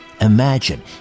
Imagine